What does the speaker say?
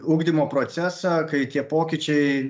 ugdymo procesą kai tie pokyčiai